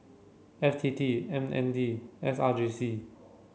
F T T M N D S R G C